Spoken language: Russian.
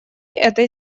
этой